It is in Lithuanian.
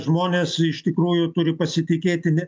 žmonės iš tikrųjų turi pasitikėti ne